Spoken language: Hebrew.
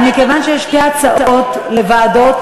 אבל מכיוון שיש שתי הצעות לוועדות,